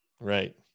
Right